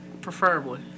Preferably